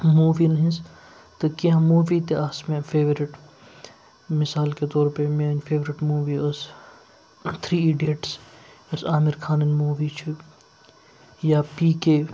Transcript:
موٗوِیَن ہِنٛز تہٕ کینٛہہ موٗوی تہِ آسہٕ مےٚ فٮ۪ورِٹ مِثال کے طور پے میٛٲنۍ فٮ۪ورِٹ موٗوی ٲس تھِرٛی ایٖڈیٹٕس یۄس عامِر خانٕنۍ موٗوی چھِ یا پی کے